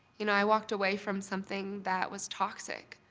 you know i walked away from something that was toxic.